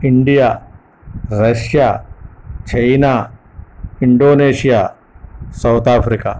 India Russia China Indonesia South Africa